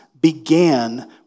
began